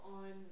on